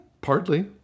Partly